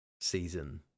season